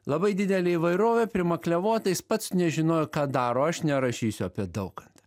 labai didelė įvairovė primakliavota jis pats nežinojo ką daro aš nerašysiu apie daukantą